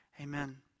Amen